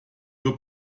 nur